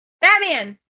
Batman